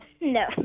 No